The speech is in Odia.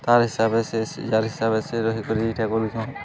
ତା'ର ହିସାବେ ସେ ସେ ଯାର୍ ହିସାବେ ସେ ରହି କରି ଏଇଠା କରୁଛନ୍ଁ